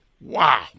Wow